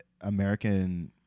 American